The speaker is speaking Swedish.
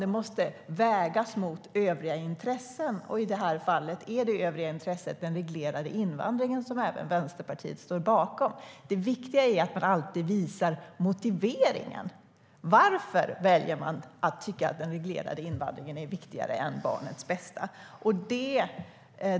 Det måste vägas mot övriga intressen - i det här fallet den reglerade invandringen, som även Vänsterpartiet står bakom. Det viktiga är att man alltid visar motiveringen - varför väljer man att tycka att den reglerade invandringen är viktigare än barnets bästa?